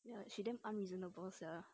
ya she damn unreasonable sia